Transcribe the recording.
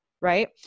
right